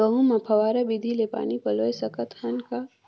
गहूं मे फव्वारा विधि ले पानी पलोय सकत हन का?